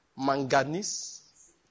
Manganese